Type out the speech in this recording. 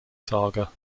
saga